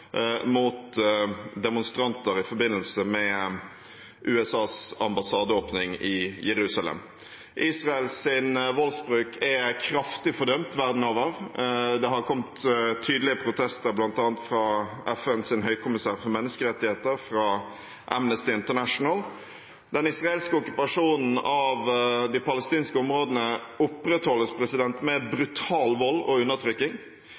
mot demonstranter i forbindelse med USAs ambassadeåpning i Jerusalem. Israels voldsbruk er kraftig fordømt verden over. Det har kommet tydelige protester, bl.a. fra FNs høykommissær for menneskerettigheter og Amnesty International. Den israelske okkupasjonen av de palestinske områdene opprettholdes med brutal vold og undertrykking.